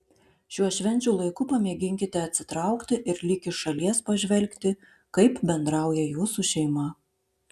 šiuo švenčių laiku pamėginkite atsitraukti ir lyg iš šalies pažvelgti kaip bendrauja jūsų šeima